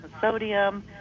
sodium